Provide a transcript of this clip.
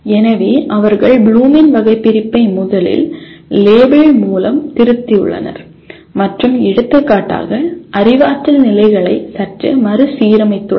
எனவே அவர்கள் ப்ளூமின் வகைபிரிப்பை முதலில் லேபிள் மூலம் திருத்தியுள்ளனர் மற்றும் எடுத்துக்காட்டாக அறிவாற்றல் நிலைகளை சற்று மறுசீரமைத்துள்ளனர்